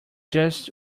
just